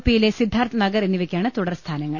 പിയിലെ സിദ്ധാർത്ഥ് നഗർ എന്നിവയ്ക്കാണ് തുട്ടർ സ്ഥാനങ്ങൾ